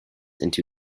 into